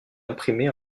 imprimé